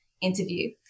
interview